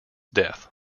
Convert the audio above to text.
death